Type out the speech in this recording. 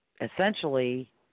essentially